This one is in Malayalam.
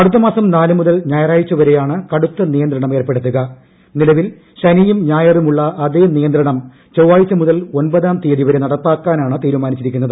അടുത്തമാസം നാലുമുതൽ ഞായ്റ്റാഴ്ച വരെയാണ് കടുത്ത നിയന്ത്രണം ഏർപ്പെടുത്തുകൂ നിലവിൽ ശനിയും ഞായറുമുള്ള അതേ നിയന്ത്രണം ചൊവ്വാഴ്ച മുതൽ ഒമ്പതാം തീയതി വരെ നടപ്പക്കാറ്നാണ് തീരുമാനിച്ചിരിക്കുന്നത്